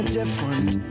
different